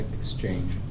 exchange